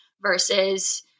versus